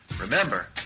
Remember